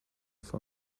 for